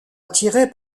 attiré